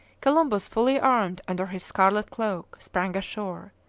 columbus, fully armed under his scarlet cloak, sprang ashore,